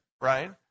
right